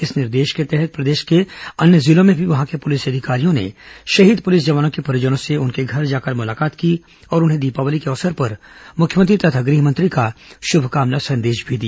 इस निर्देश के तहत प्रदेश के अन्य जिलों में भी वहां के पुलिस अधिकारियों ने शहीद पुलिस जवानों के परिजनों से उनके घर जाकर मुलाकात की और उन्हें दीपावली के अवसर पर मुख्यमंत्री तथा गृह मंत्री का शुभकामना संदेश भी दिया